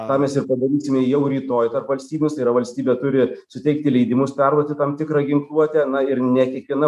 ką mes ir padarysime jau rytojtarp valstybės tai yra valstybė turi suteikti leidimus perduoti tam tikrą ginkluotę na ir ne kiekviena